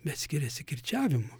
bet skiriasi kirčiavimu